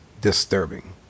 disturbing